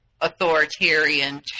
authoritarian